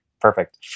perfect